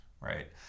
right